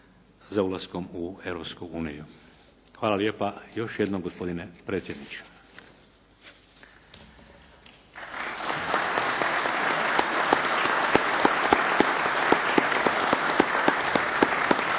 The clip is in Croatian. u Europsku uniju. Hvala lijepa još jednom gospodine predsjedniče.